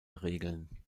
regeln